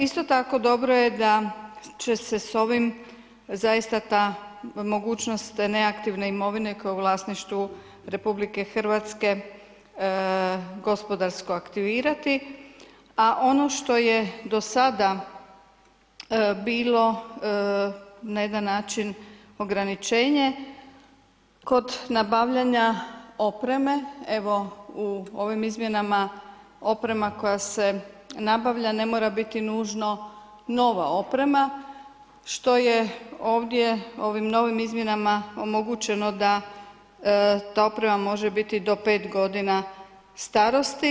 Isto tako dobro je da će se s ovim zaista ta mogućnost te neaktivne imovine koja je u vlasništvu RH gospodarsko aktivirati, a ono što je do sada bilo na jedan način ograničenje kod nabavljanja opreme, evo u ovim izmjenama oprema koja se nabavlja ne mora biti nužno nova oprema što je ovdje ovim novim izmjenama omogućeno da ta oprema može biti do pet godina starosti.